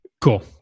Cool